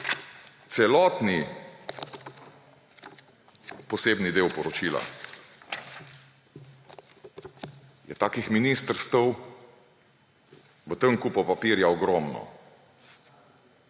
celotni posebni del poročila, je takih ministrstev v tem kupu papirja ogromno.